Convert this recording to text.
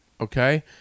okay